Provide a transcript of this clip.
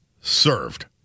served